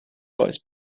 voice